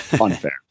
Unfair